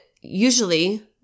usually